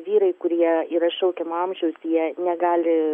vyrai kurie yra šaukiamo amžiaus jie negali